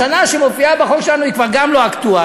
השנה שמופיעה בחוק שלנו היא כבר גם לא אקטואלית: